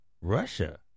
Russia